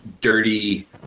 dirty